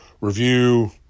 review